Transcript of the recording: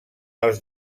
els